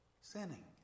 sinning